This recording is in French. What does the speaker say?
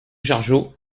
jargeau